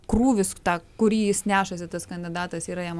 krūvis tą kurį jis nešasi tas kandidatas yra jam